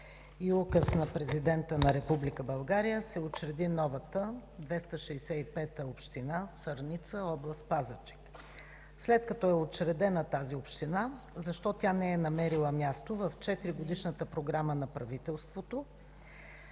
Указ на президента на Република България се учреди нова 265-а община Сърница, област Пазарджик. След като е учредена тази община, защо тя не е намерила място в 4 годишната програма на правителството,